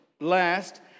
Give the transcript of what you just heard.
last